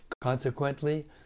Consequently